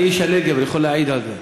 אני איש הנגב, אני יכול להעיד על זה.